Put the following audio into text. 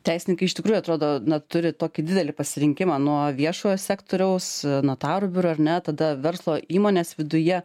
teisininkai iš tikrųjų atrodo na turi tokį didelį pasirinkimą nuo viešojo sektoriaus notarų biuro ar ne tada verslo įmonės viduje